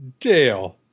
Dale